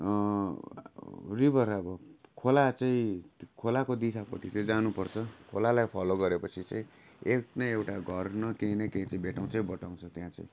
river अब खोला चाहिँ खोलाको दिशापट्टि चाहिँ जानुपर्छ खोलालाई फलो गरे पछि चाहिँ एक न एउटा घर न केही न केही चाहिँ भेटाउँछै भेटाउँछ त्यहाँ चाहिँ